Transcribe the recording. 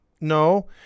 no